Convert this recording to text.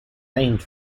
named